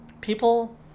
People